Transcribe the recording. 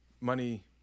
money